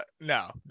no